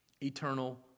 eternal